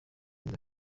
neza